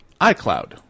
iCloud